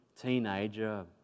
teenager